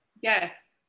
yes